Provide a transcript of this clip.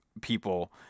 people